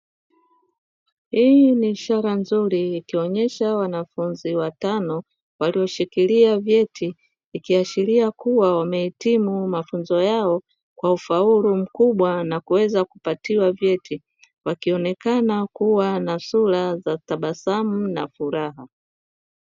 Hii ni ishara nzuri; ikionyesha wanafunzi watano walioshikilia vyeti, ikiashiria kuwa wamehitimu mafunzo yao kwa ufaulu mkubwa na kuweza kupatiwa vyeti, wakionekana kuwa na sura za tabasanu na furaha.